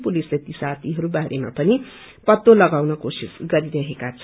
पुलिसले ती साथीहरू बारेमा पनि पत्तो लगाउन कोशिश गरिरहेका छन्